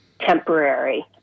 temporary